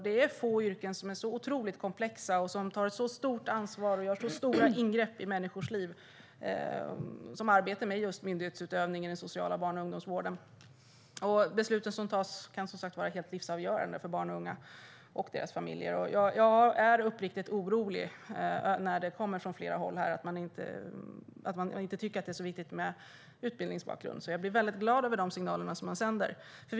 Det är få yrken som är så otroligt komplexa och där man tar så stort ansvar och gör så stora ingrepp i människors liv som arbete med just myndighetsutövning i den sociala barn och ungdomsvården. Besluten som fattas kan som sagt vara helt livsavgörande för barn och unga och deras familjer. Jag är uppriktigt orolig när jag hör från flera håll att man inte tycker att det är så viktigt med utbildningsbakgrund, så jag blir väldigt glad över de signaler som statsrådet sänder.